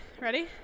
ready